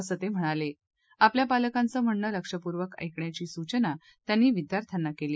असं ते म्हणाले आपल्या पालकांच म्हणणं लक्षपूर्वक ऐकण्याची सुचना त्यांनी विद्यार्थ्यांना केली